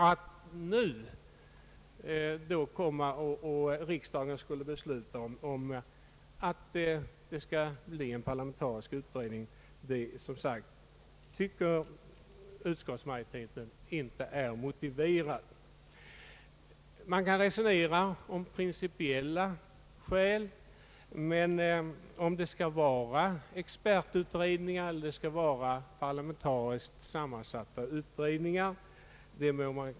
Att då yrka på att riksdagen nu skulle besluta om en parlamentarisk utredning anser som sagt utskottsmajoriteten inte vara motiverat. Man kan ur principiella skäl diskutera om det skall vara expertutredningar eller parlamentariska utredningar.